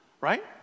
Right